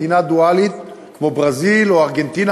מדינה דואלית כמו ברזיל או ארגנטינה,